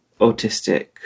autistic